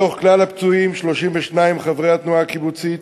מתוך כלל הפצועים, 32 הם חברי התנועה הקיבוצית,